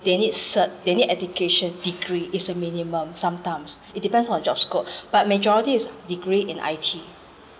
they need cert they need education degree is a minimum sometimes it depends on job scope but majority is degree in I_T